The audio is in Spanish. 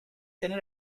tener